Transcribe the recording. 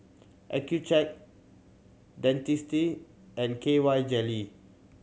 Accucheck Dentiste and K Y Jelly